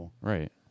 Right